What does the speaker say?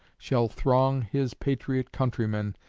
shall throng his patriot countrymen,